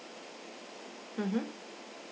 mmhmm